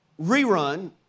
rerun